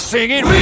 Singing